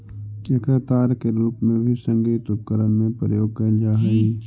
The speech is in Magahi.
एकरा तार के रूप में भी संगीत उपकरण में प्रयोग कैल जा हई